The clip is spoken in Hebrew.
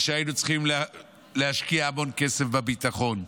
ושהיינו צריכים להשקיע המון כסף בביטחון.